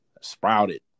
sprouted